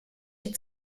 die